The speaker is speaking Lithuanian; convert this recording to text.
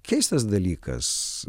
keistas dalykas